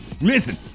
Listen